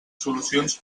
solucions